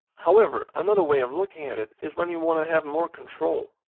however another way of looking at it is when you wanna have more control.